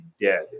dead